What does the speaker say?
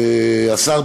השר,